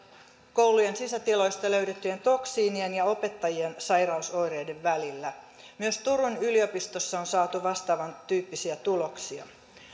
koulujen sisätiloista löydettyjen toksiinien ja opettajien sairausoireiden välillä myös turun yliopistossa on saatu vastaavantyyppisiä tuloksia